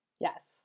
Yes